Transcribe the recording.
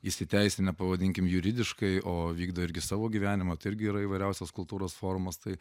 įsiteisinę pavadinkim juridiškai o vykdo irgi savo gyvenimą tai irgi yra įvairiausios kultūros formos tai